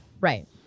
Right